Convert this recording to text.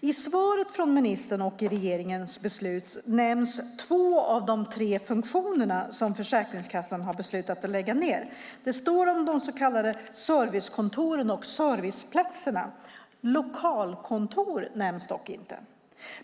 I svaret från ministern och i regeringens beslut nämns två av de tre funktioner som Försäkringskassan har beslutat att lägga ned. Det står om de så kallade servicekontoren och serviceplatserna. Lokalkontor nämns däremot inte.